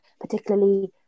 particularly